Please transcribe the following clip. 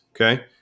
Okay